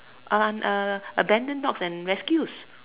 and abandon dog and rescued